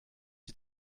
die